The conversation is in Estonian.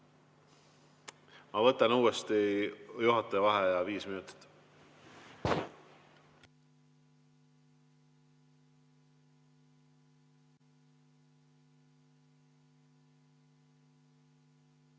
Ma võtan uuesti juhataja vaheaja viis minutit.